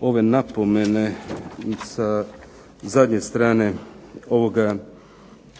ove napomene sa zadnje strane ovoga